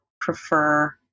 prefer